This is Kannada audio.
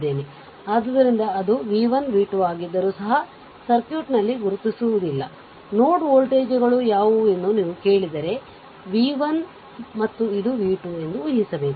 ಆದ್ದರಿಂದ ಅದು v 1 v 2 ಆಗಿದ್ದರೂ ಸಹ ಸರ್ಕ್ಯೂಟ್ನಲ್ಲಿ ಗುರುತಿಸುವುದಿಲ್ಲ ನೋಡ್ ವೋಲ್ಟೇಜ್ಗಳು ಯಾವುವು ಎಂದು ನೀವು ಕೇಳಿದರೆ v 1 ಮತ್ತು ಇದು v 2 ಎಂದು ಊಹಿಸಬೇಕು